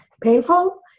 painful